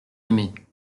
aimée